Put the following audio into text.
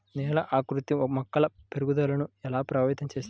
నేల ఆకృతి మొక్కల పెరుగుదలను ఎలా ప్రభావితం చేస్తుంది?